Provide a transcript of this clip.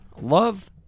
Love